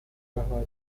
bahwa